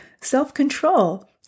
Self-control